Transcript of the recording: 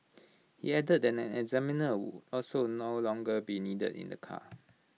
he added that an examiner would also no longer be needed in the car